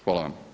Hvala vam.